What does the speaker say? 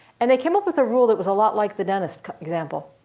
and they came up with a rule that was a lot like the dentist example.